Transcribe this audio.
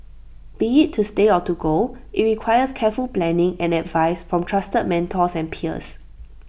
be IT to stay or to go IT requires careful planning and advice from trusted mentors and peers